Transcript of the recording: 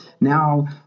Now